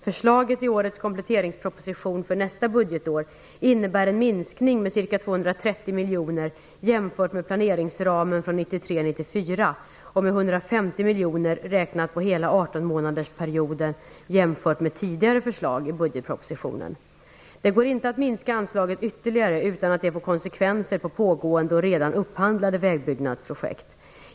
Förslaget i årets kompletteringsproposition för nästa budgetår innebär en minskning med ca 230 miljoner jämfört med planeringsramen från 1993/94 och med Det går inte att minska anslaget ytterligare utan att det får konsekvenser på pågående och redan upphandlade vägbyggnadsprojekt.